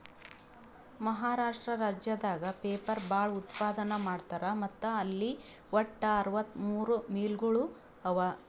ಮಹಾರಾಷ್ಟ್ರ ರಾಜ್ಯದಾಗ್ ಪೇಪರ್ ಭಾಳ್ ಉತ್ಪಾದನ್ ಮಾಡ್ತರ್ ಮತ್ತ್ ಅಲ್ಲಿ ವಟ್ಟ್ ಅರವತ್ತಮೂರ್ ಮಿಲ್ಗೊಳ್ ಅವಾ